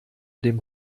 dem